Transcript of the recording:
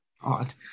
Odd